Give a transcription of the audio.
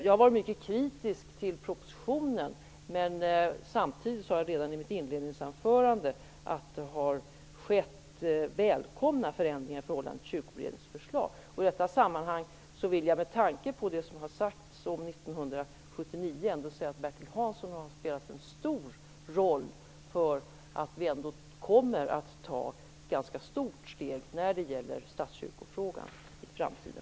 Jag var mycket kritisk till propositionen, men jag sade redan i mitt inledningsanförande att det har skett välkomna förändringar i förhållande till I detta sammanhang vill jag, med tanke på det som har sagts om 1979, säga att Bertil Hansson har spelat en stor roll för att vi ändå kommer att ta ett ganska stort steg när det gäller stat-kyrka-frågan i framtiden.